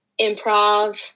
improv